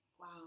Wow